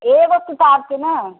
एगो किताबके ने